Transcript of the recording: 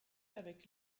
avec